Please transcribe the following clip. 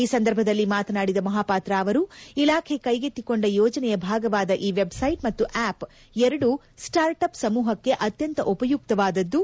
ಈ ಸಂದರ್ಭದಲ್ಲಿ ಮಾತನಾಡಿದ ಮಹಾಪಾತ್ರ ಅವರು ಇಲಾಖೆ ಕೈಗೆತ್ತಿಕೊಂಡ ಯೋಜನೆಯ ಭಾಗವಾದ ಈ ವೆಬ್ಸೈಟ್ ಮತ್ತು ಆಪ್ ಎರಡು ಸ್ಪಾರ್ಟ್ಅಪ್ ಸಮೂಪಕ್ಕೆ ಅತ್ತಂತ ಉಪಯುಕ್ತವಾದದ್ದು